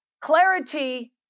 clarity